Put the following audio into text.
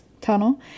tunnel